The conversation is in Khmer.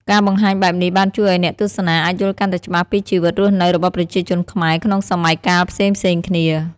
ការបង្ហាញបែបនេះបានជួយឲ្យអ្នកទស្សនាអាចយល់កាន់តែច្បាស់ពីជីវិតរស់នៅរបស់ប្រជាជនខ្មែរក្នុងសម័យកាលផ្សេងៗគ្នា។